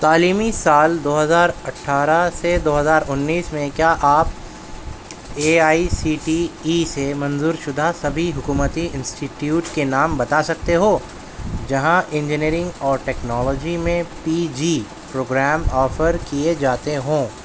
تعلیمی سال دو ہزار اٹھارہ سے دو ہزار انیس میں کیا آپ A I C T E سے منظور شدہ سبھی حکومتی انسٹیٹیوٹ کے نام بتا سکتے ہو جہاں انجینئرنگ اور ٹیکنالوجی میں پی جی پروگرام آفر کیے جاتے ہوں